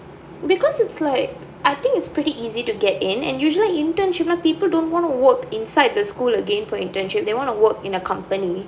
because it's like I think it's pretty easy to get in and usually internship people don't wanna work inside the school again for internship they wanna work in a company